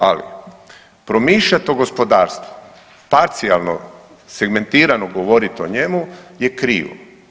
Ali, promišljati o gospodarstvu parcijalno, segmentirano govoriti o njemu je krivo.